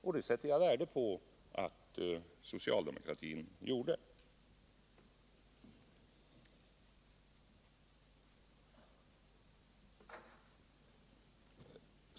Och det sätter jag värde på att de gjorde.